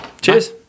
cheers